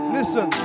Listen